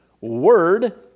Word